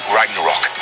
Ragnarok